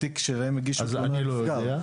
אז אני לא יודע.